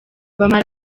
bamara